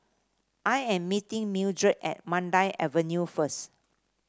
I am meeting Mildred at Mandai Avenue first